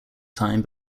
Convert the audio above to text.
time